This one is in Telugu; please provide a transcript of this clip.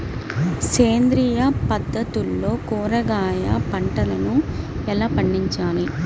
సేంద్రియ పద్ధతుల్లో కూరగాయ పంటలను ఎలా పండించాలి?